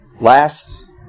Last